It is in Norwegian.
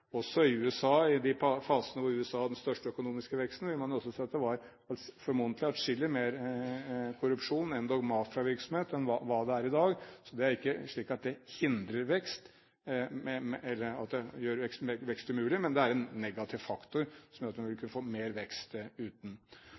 Også i USA i de fasene hvor USA hadde den største økonomiske veksten, vil man se at det formodentlig var atskillig mer korrupsjon, endog mafiavirksomhet, enn hva det er i dag. Så det er ikke slik at det hindrer vekst, eller at det gjør vekst umulig, men det er en negativ faktor som gjør at man kunne fått mer vekst uten.